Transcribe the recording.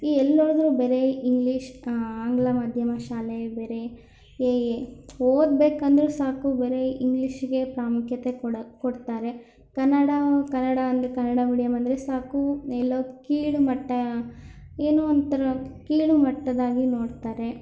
ಈ ಎಲ್ಲಿ ನೋಡಿದ್ರೂ ಬರೀ ಇಂಗ್ಲೀಷ್ ಆಂಗ್ಲ ಮಾಧ್ಯಮ ಶಾಲೆ ಬೇರೆ ಎ ಎ ಓದಬೇಕಂದ್ರೂ ಸಾಕು ಬರೀ ಇಂಗ್ಲೀಷಿಗೇ ಪ್ರಾಮುಖ್ಯತೆ ಕೊಡ ಕೊಡ್ತಾರೆ ಕನ್ನಡ ಕನ್ನಡ ಅಂದರೆ ಕನ್ನಡ ಮೀಡಿಯಮ್ ಅಂದರೆ ಸಾಕು ಎಲ್ಲೋ ಕೀಳುಮಟ್ಟ ಏನೋ ಒಂಥರ ಕೀಳುಮಟ್ಟದ್ದಾಗಿ ನೋಡ್ತಾರೆ